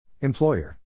Employer